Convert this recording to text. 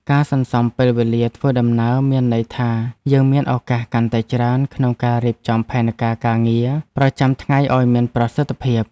ការសន្សំពេលវេលាធ្វើដំណើរមានន័យថាយើងមានឱកាសកាន់តែច្រើនក្នុងការរៀបចំផែនការការងារប្រចាំថ្ងៃឱ្យមានប្រសិទ្ធភាព។